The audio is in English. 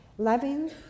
Loving